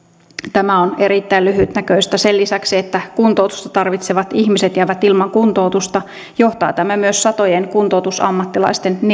tämä on erittäin lyhytnäköistä sen lisäksi että kuntoutusta tarvitsevat ihmiset jäävät ilman kuntoutusta johtaa tämä myös satojen kuntoutusammattilaisten